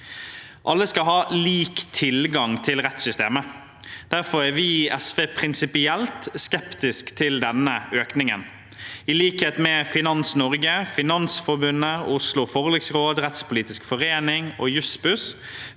Alle skal ha lik tilgang til rettssystemet. Derfor er vi i SV prinsipielt skeptiske til denne økningen. I likhet med Finans Norge, Finansforbundet, Oslo forliksråd, Rettspolitisk forening og Jussbuss